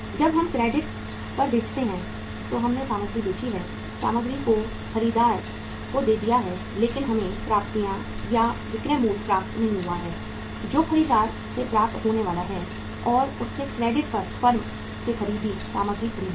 जब हम क्रेडिट पर बेचते हैं तो हमने सामग्री बेची है सामग्री को खरीदार को दे दिया है लेकिन हमें प्राप्तियां या विक्रय मूल्य प्राप्त नहीं हुआ है जो खरीदार से प्राप्त होने वाला है और उसने क्रेडिट पर फर्म से सामग्री खरीदी है